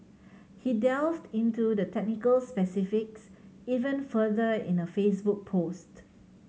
he delved into the technical specifics even further in a Facebook post